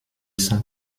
sans